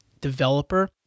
developer